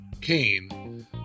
Kane